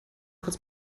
kurz